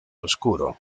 oscuro